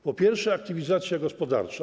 Po pierwsze, aktywizacja gospodarcza.